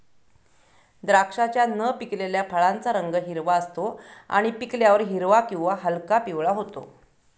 द्राक्षाच्या न पिकलेल्या फळाचा रंग हिरवा असतो आणि पिकल्यावर हिरवा किंवा हलका पिवळा होतो